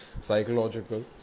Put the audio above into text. psychological